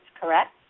correct